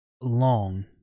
long